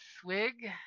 swig